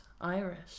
Irish